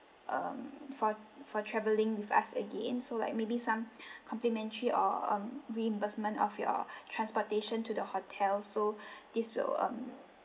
um for for travelling with us again so like maybe some complimentary or um reimbursement of your transportation to the hotel so this will um